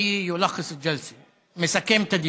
(אומר בערבית: יושב-ראש ועדת הפנים יסכם את הישיבה) יסכם את הדיון.